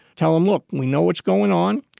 tell them, look, we know what's going on.